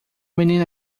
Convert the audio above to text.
menino